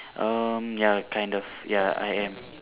um ya kind of ya I am